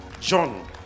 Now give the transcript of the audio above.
John